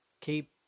keep